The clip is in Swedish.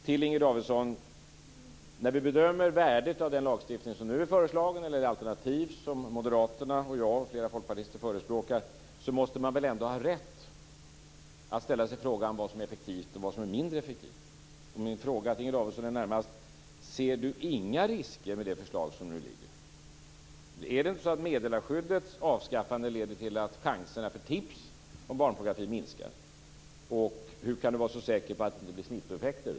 Till Inger Davidson: När vi bedömer värdet av den lagstiftning som nu är föreslagen och det alternativ som moderaterna och jag och flera folkpartister förespråkar måste man väl ändå ha rätt att ställa sig frågan vad som är effektivt och vad som är mindre effektivt. Min fråga till Inger Davidson blir då: Ser Inger Davidson inga risker med det nu liggande förslaget? Är det inte så att meddelarskyddets avskaffande leder till att chanserna att få tips om barnpornografi minskar? Hur kan Inger Davidson vara så säker på att det inte blir smittoeffekter?